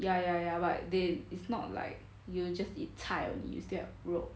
ya ya ya but they is not like you just eat 菜 only you still have 肉